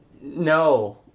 No